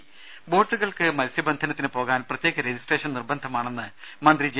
രംഭ ബോട്ടുകൾക്ക് മത്സ്യബന്ധനത്തിന് പോകാൻ പ്രത്യേക രജിസ്ട്രേഷൻ നിർബന്ധമാണെന്ന് മന്ത്രി ജെ